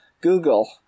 Google